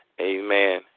Amen